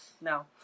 No